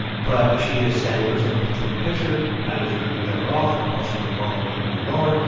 but she is saying, let's look at the total picture. families are going to be better off. their costs overall are going to be lower.